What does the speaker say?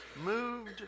moved